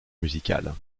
musicale